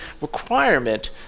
requirement